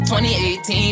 2018